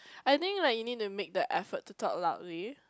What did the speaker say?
I think like you need to make the effort to talk loudly